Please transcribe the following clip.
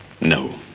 no